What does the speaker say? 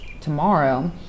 tomorrow